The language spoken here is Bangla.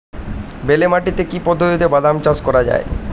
বেলে মাটিতে কি পদ্ধতিতে বাদাম চাষ করা যায়?